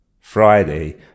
Friday